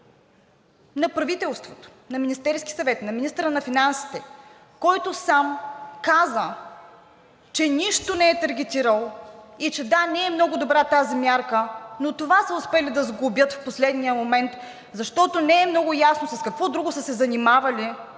на правителството – на Министерския съвет, на министъра на финансите, който сам каза, че нищо не е таргетирал и че да, не е много добра тази мярка, но това са успели да сглобят в последния момент, защото не е много ясно с какво друго са се занимавали